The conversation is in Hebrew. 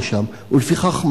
ולפיכך,